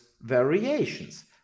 variations